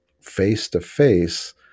face-to-face